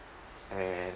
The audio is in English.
and